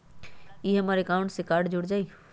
ई हमर अकाउंट से कार्ड जुर जाई?